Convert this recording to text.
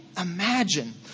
imagine